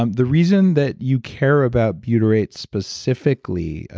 um the reason that you care about butyrate specifically,